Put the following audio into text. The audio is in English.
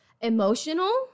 emotional